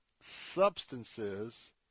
substances